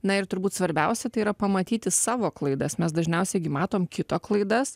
na ir turbūt svarbiausia tai yra pamatyti savo klaidas mes dažniausiai gi matom kito klaidas